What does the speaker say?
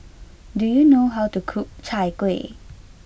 do you know how to cook Chai Kueh